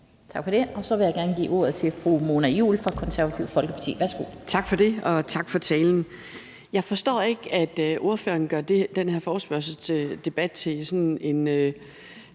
Tak for det. Så vil jeg gerne give ordet til fru Mona Juul fra Det Konservative Folkeparti. Værsgo. Kl. 10:44 Mona Juul (KF): Tak for det. Og tak for talen. Jeg forstår ikke, at ordføreren gør den her forespørgselsdebat til noget